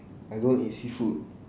I don't eat seafood